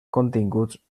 continguts